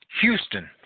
Houston